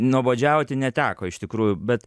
nuobodžiauti neteko iš tikrųjų bet